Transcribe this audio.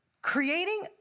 Creating